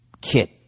kit